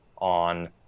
on